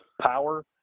power